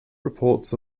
reports